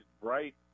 bright